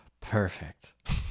perfect